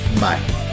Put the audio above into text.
Bye